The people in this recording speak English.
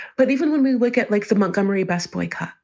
but even when we will get like the montgomery bus boycott,